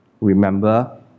Remember